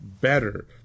better